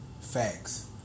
facts